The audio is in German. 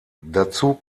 dazu